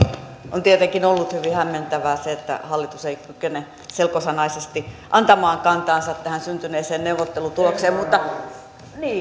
on tietenkin ollut hyvin hämmentävää se että hallitus ei kykene selkosanaisesti antamaan kantaansa tähän syntyneeseen neuvottelutulokseen mutta